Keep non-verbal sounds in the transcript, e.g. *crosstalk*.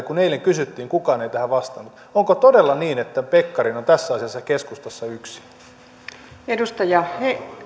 *unintelligible* kun eilen kysyttiin kukaan ei tähän vastannut onko todella niin että pekkarinen on tässä asiassa keskustassa yksin edustaja